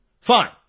Fine